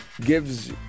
gives